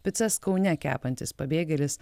picas kaune kepantis pabėgėlis